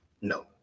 no